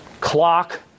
clock